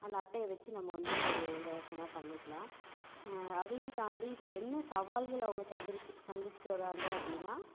அந்த அட்டையை வச்சு நம்ம வந்து இலவசமாக பண்ணிக்கலாம் அதையும் தாண்டி இப்போ என்ன சவால்களை அவங்க சந்திரிக் சந்திச்சிட்டு வராங்க அப்படினா